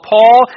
Paul